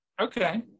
Okay